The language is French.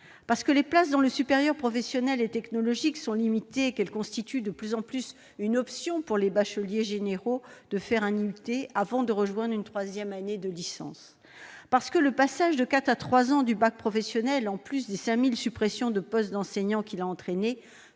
parce que les places dans le supérieur professionnel et technologique sont limitées et qu'elles constituent de plus en plus une option pour des bacheliers généraux désireux de faire un IUT avant d'effectuer une troisième année de licence. Le passage de quatre ans à trois ans de la durée du bac professionnel, en plus des 5 000 suppressions de postes d'enseignants qu'il a entraînées,